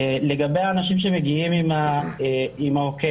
לגבי האנשים שמגיעים עם ה-GO,